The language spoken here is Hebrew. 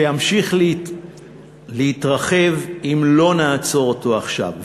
שימשיך להתרחב אם לא נעצור אותו עכשיו?